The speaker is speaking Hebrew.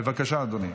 בבקשה, אדוני.